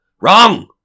Wrong